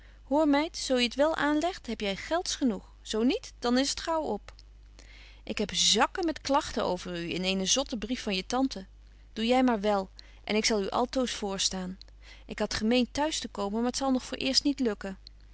hoor meid zo je t wel aanlegt heb jy gelds genoeg zo niet dan is t gaauw op ik heb zakken met klagten over u in eenen zotten brief van je tante doe jy maar wél en ik zal u altoos voorstaan ik had gemeent betje wolff en aagje deken historie van mejuffrouw sara burgerhart t'huis te komen maar t zal nog vooreerst niet lukken